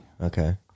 Okay